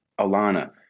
Alana